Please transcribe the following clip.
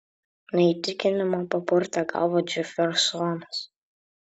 neįtikinama papurtė galvą džefersonas